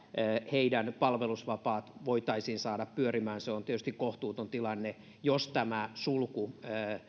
heidän palvelusvapaansa voitaisiin saada pyörimään se on tietysti kohtuuton tilanne jos tämä sulku